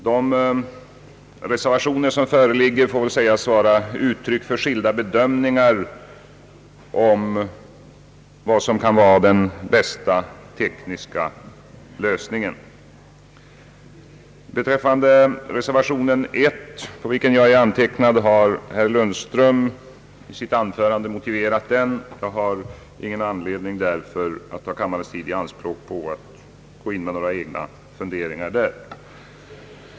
De reservationer som föreligger får väl sägas vara uttryck för skilda bedömningar av vad som kan vara den bästa tekniska lösningen. Reservation 1, under vilken mitt namn är antecknat, har herr Lundström i sitt anförande motiverat. Jag har därför ingen anledning att ta kammarens tid i anspråk med några egna funderingar därvidlag.